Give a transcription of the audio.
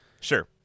Sure